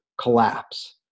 collapse